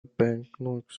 banknotes